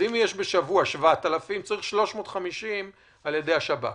אם יש בשבוע 7,000, צריך 350 על ידי השב"כ.